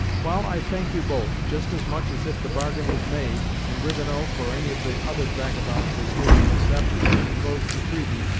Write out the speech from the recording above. while i thank you both, just as much as if the bargain was made, and rivenoak, or any of the other vagabonds, was here to accept and close the treaty,